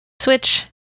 switch